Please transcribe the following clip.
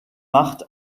macht